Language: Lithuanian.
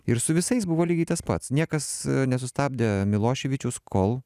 ir su visais buvo lygiai tas pats niekas nesustabdė miloševičiaus kol